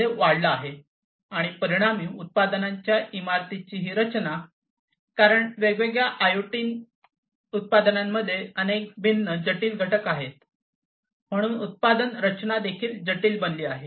मध्ये वाढला आहे आणि परिणामी उत्पादनाच्या इमारतीची रचना ही कारण या वेगवेगळ्या आयओटी उत्पादनांमध्ये अनेक भिन्न जटिल घटक आहेत म्हणून उत्पादन रचना देखील जटिल बनली आहे